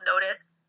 notice